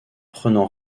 prenant